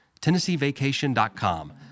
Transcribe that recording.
TennesseeVacation.com